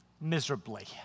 miserably